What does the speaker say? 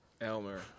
Elmer